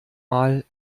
mal